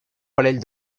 parell